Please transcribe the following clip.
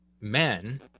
men